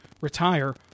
retire